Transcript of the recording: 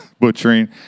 butchering